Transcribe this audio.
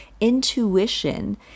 intuition